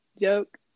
joke